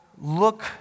look